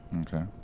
Okay